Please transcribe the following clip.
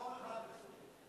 צרור אחד בסוריה.